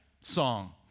song